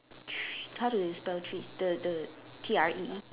tree how to spell tree the the T R E E